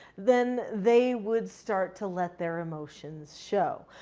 then they would start to let their emotions show.